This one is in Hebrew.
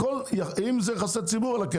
הכל, אם זה יחסי ציבור, אחלה.